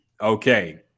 Okay